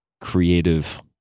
creative